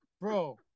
Bro